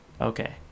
Okay